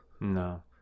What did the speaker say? No